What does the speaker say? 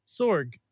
sorg